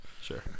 Sure